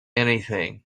anything